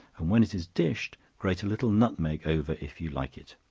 and when it is dished, grate a little nutmeg over, if you like it.